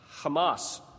Hamas